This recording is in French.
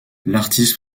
l’artiste